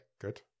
good